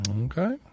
Okay